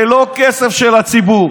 זה לא כסף של הציבור.